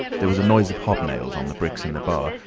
there was a noise of hobnails on the bricks in the bar,